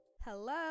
Hello